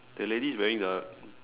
the lady is wearing a